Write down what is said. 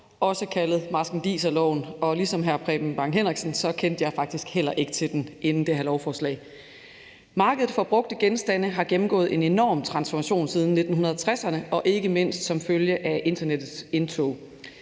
også kaldet marskandiserloven, og ligesom hr. Preben Bang Henriksen kendte jeg faktisk heller ikke til den inden det her lovforslag. Markedet for brugte genstande har gennemgået en enorm transformation siden 1960’erne, ikke mindst som følge af internettets indtog.